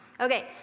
Okay